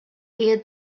here